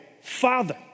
father